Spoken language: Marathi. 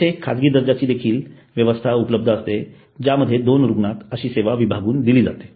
येथे एक खाजगी दर्जाची देखील व्यवस्था उपलब्ध असते ज्यामध्ये दोन रुग्णात अशी सेवा विभागून दिली जाते